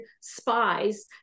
spies